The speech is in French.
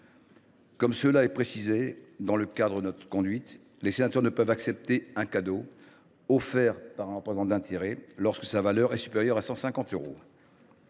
Comme il est déjà précisé dans le code de conduite, les sénateurs ne peuvent accepter un cadeau offert par un représentant d’intérêts lorsque sa valeur est supérieure à 150 euros.